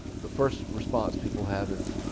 the first response people have is,